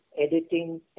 editing